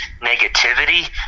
negativity